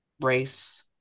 race